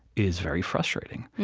is very frustrating.